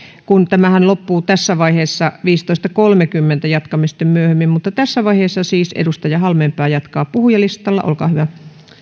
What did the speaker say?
kun tämähän loppuu tässä vaiheessa viisitoista piste kolmekymmentä jatkamme sitten myöhemmin mutta tässä vaiheessa siis edustaja halmeenpää jatkaa puhujalistalla olkaa hyvä